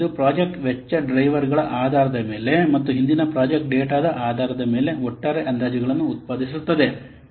ಇದು ಪ್ರಾಜೆಕ್ಟ್ ವೆಚ್ಚ ಡ್ರೈವರ್ಗಳ ಆಧಾರದ ಮೇಲೆ ಮತ್ತು ಹಿಂದಿನ ಪ್ರಾಜೆಕ್ಟ್ ಡೇಟಾದ ಆಧಾರದ ಮೇಲೆ ಒಟ್ಟಾರೆ ಅಂದಾಜುಗಳನ್ನು ಉತ್ಪಾದಿಸುತ್ತದೆ